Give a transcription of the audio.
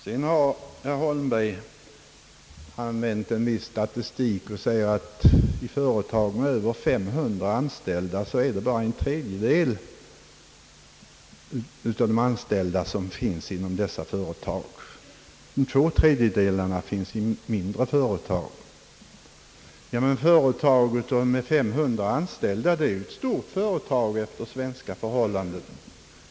Herr Holmberg har med åberopande av statistiska uppgifter nämnt, att i företag med över 500 anställda arbetare endast en tredjedel av det totala antalet anställda inom näringslivet. Två tredjedelar är anställda i mindre företag. Ett företag med 500 anställda är ett stort företag efter svenska förhållanden.